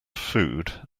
food